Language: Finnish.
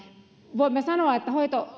voimme sanoa että